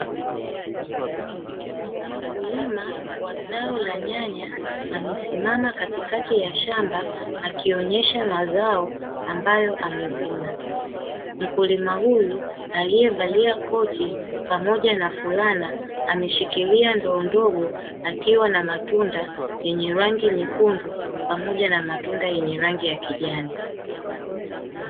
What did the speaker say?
Mkulima wa zao la nyanya amesimama katikati ya shamba ikionyesha mazao aliyoyavuna, mkulima huyo aliyevalia koti pamoja na fulana ameshikilia ndoo ndogo akiwa na matunda yenye rangi nyekundu pamoja na matunda yenye rangi ya kijani.